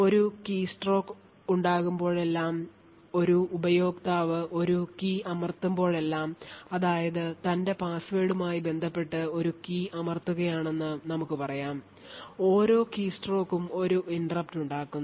ഒരു കീസ്ട്രോക്ക് ഉണ്ടാകുമ്പോഴെല്ലാം ഒരു ഉപയോക്താവ് ഒരു കീ അമർത്തുമ്പോഴെല്ലാംഅതായത് തന്റെ പാസ്വേഡുമായി ബന്ധപ്പെട്ട് ഒരു കീ അമർത്തുകയാണെന്ന് നമുക്ക് പറയാം ഓരോ കീസ്ട്രോക്കും ഒരു interrupt ഉണ്ടാക്കുന്നു